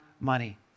money